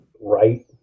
Right